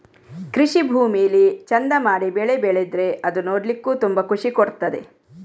ಕೃಷಿ ಭೂಮಿಲಿ ಚಂದ ಮಾಡಿ ಬೆಳೆ ಬೆಳೆದ್ರೆ ಅದು ನೋಡ್ಲಿಕ್ಕೂ ತುಂಬಾ ಖುಷಿ ಕೊಡ್ತದೆ